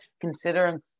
considering